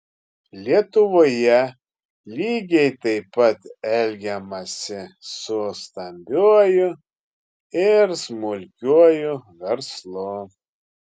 lietuvoje lygiai taip pat elgiamasi su stambiuoju ir smulkiuoju verslu